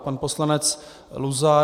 Pan poslanec Luzar.